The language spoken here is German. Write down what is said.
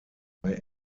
bei